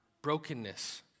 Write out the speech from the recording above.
brokenness